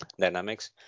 dynamics